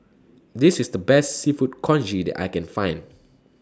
This IS The Best Seafood Congee that I Can Find